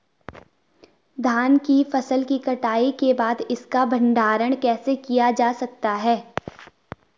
धान की फसल की कटाई के बाद इसका भंडारण कैसे किया जा सकता है?